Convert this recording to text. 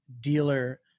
dealer